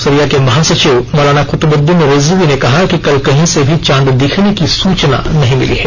सरिया के महासचिव मौलाना कुतुबुद्दीन रिजवी ने कहा कि कल कहीं से भी चांद दिखने की सूचना नहीं मिली है